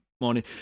morning